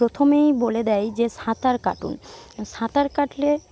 প্রথমেই বলে দেয় যে সাঁতার কাটুন সাঁতার কাটলে